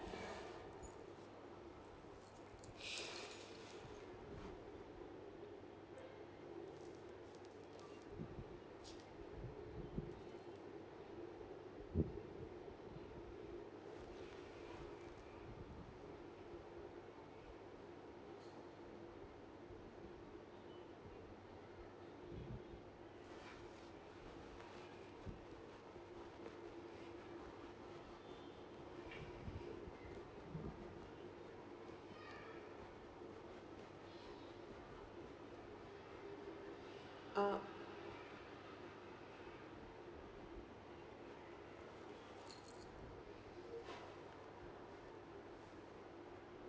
uh